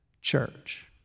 church